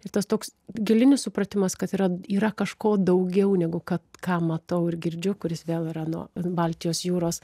ir tas toks gilinis supratimas kad yra yra kažko daugiau negu kad ką matau ir girdžiu kuris vėl yra nuo baltijos jūros